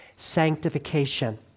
sanctification